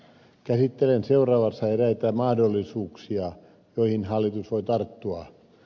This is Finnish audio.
käsittelen seuraavassa eräitä mahdollisuuksia joihin hallitus voi tarttua